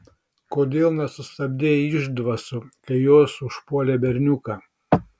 kodėl nesustabdei išdvasų kai jos užpuolė berniuką